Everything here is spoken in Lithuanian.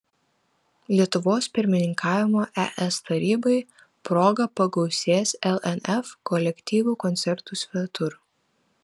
lietuvos pirmininkavimo es tarybai proga pagausės lnf kolektyvų koncertų svetur